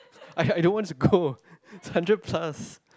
I I don't want to go hundred plus